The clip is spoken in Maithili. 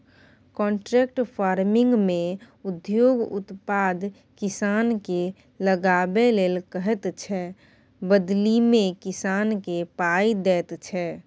कांट्रेक्ट फार्मिंगमे उद्योग उत्पाद किसानकेँ लगाबै लेल कहैत छै बदलीमे किसानकेँ पाइ दैत छै